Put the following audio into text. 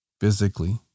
physically